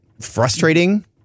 frustrating